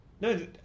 No